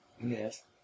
Yes